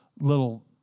little